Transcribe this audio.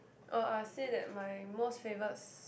oh I'll say that my most favourite s~